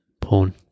Porn